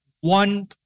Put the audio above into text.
one